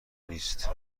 نیست